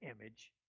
image